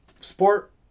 Sport